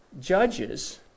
judges